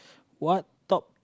what top